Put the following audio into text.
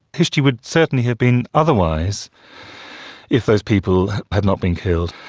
history would certainly have been otherwise if those people had not been killed.